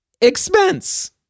expense